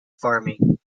farming